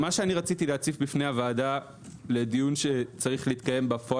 מה שרציתי להציף בפני הוועדה לדיון שצריך להתקיים בפועל